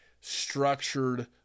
structured